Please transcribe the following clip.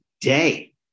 day